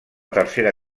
tercera